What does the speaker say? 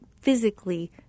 physically